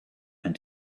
and